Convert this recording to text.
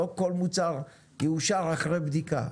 לא כל מוצר יאושר אחרי בדיקה,